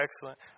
excellent